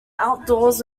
outdoors